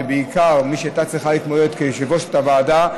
ובעיקר של מי שהייתה צריכה להתמודד כיושבת-ראש הוועדה,